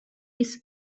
his